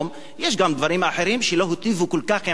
יש גם דברים אחרים שלא היטיבו כל כך עם הערבים,